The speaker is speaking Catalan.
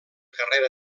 carrera